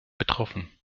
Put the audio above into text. betroffen